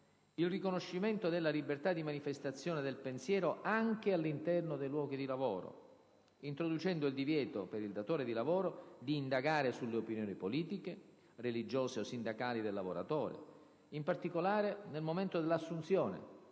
il riconoscimento della libertà di manifestazione del pensiero anche all'interno dei luoghi di lavoro, introducendo il divieto per il datore di lavoro di indagare sulle opinioni politiche, religiose o sindacali del lavoratore, in particolare nel momento dell'assunzione,